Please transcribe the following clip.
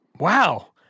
Wow